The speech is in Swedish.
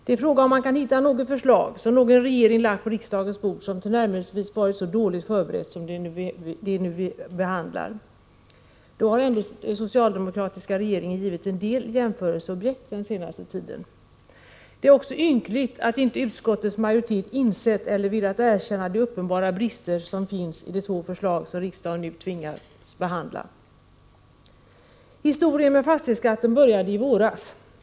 Det är fråga om man kan hitta något förslag som någon regering lagt på riksdagens bord som tillnärmelsevis varit så dåligt förberett som det vi nu behandlar. Då har ändå den socialdemokratiska regeringen givit en del jämförelseobjekt på den senaste tiden. Det är också ynkligt att inte utskottets majoritet insett eller velat erkänna de uppenbara brister som finns i de två förslag som riksdagen nu tvingas behandla. Historien med fastighetsskatten började i våras.